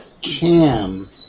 Cham